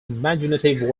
imaginative